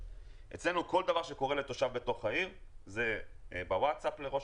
אצלנו כל דבר שקורה לתושב בעיר זה בוואטסאפ לראש